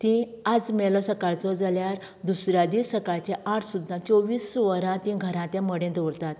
तीं आज मेलो सकाळचो जाल्यार दुसऱ्या दीस सकाळचें आठ सुद्दां चोवीस वरां तीं घरा तें मडें दवरतात